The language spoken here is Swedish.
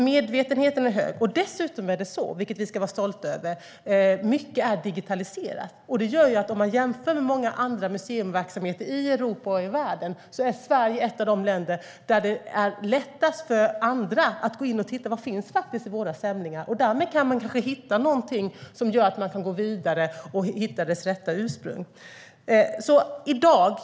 Medvetenheten om detta är alltså stor. Dessutom är mycket digitaliserat, vilket vi ska vara stolta över. Om man jämför med många andra museiverksamheter i Europa och i världen är Sverige ett av de länder där det är lättast för andra att gå in och titta vad som faktiskt finns i våra samlingar. Därmed kan man kanske hitta någonting som gör att man kan gå vidare och hitta föremåls rätta ursprung.